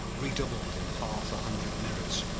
redoubled in half a hundred mirrors,